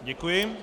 Děkuji.